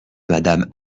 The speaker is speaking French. madame